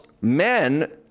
men